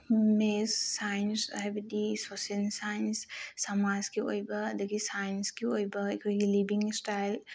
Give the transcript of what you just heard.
ꯃꯦꯁ science ꯍꯥꯏꯕꯗꯤ social science ꯁꯃꯥꯖꯀꯤ ꯑꯣꯏꯕ ꯑꯗꯨꯗꯒꯤ ꯁꯥꯏꯟꯁꯀꯤ ꯑꯣꯏꯕ ꯑꯩꯈꯣꯏꯒꯤ ꯂꯤꯕꯤꯡ ꯏꯁꯇꯥꯏꯜ